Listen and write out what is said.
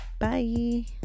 Bye